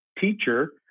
teacher